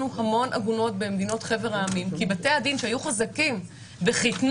המון עגונות במדינות חבר העמים כי בתי הדין שהיו חזקים וחיתנו,